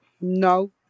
No